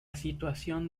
situación